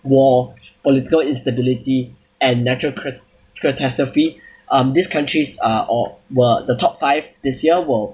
war political instability and natural cas~ catastrophe um these countries uh or were the top five this year will